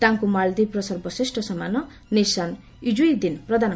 ତାଙ୍କୁ ମାଳଦୀପର ସର୍ବଶ୍ରେଷ ସମ୍ମାନ 'ନିଶାନ୍ ଇଜୁଦ୍ଦିନ୍' ପ୍ରଦାନ